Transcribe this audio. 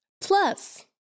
plus